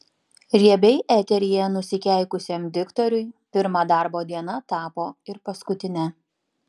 riebiai eteryje nusikeikusiam diktoriui pirma darbo diena tapo ir paskutine